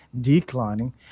declining